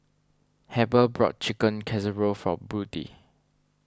Heber brought Chicken Casserole from Brody